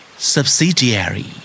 Subsidiary